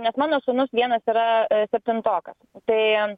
nes mano sūnus vienas yra septintokas tai